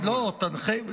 לא, תנחה.